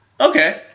Okay